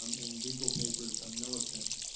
um in legal papers a militant.